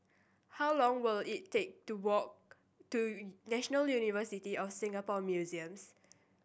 how long will it take to walk to National University of Singapore Museums